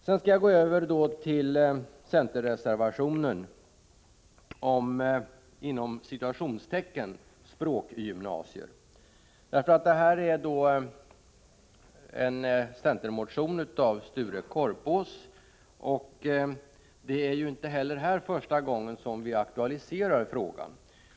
Jag skall nu gå över till centerreservationen om ”språkgymnasier”. Den ansluter sig till en centermotion av Sture Korpås. Det är inte första gången vi aktualiserar den här frågan heller.